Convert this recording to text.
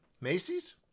Macy's